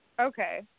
Okay